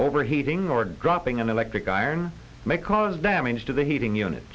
over heating or dropping an electric iron may cause damage to the heating unit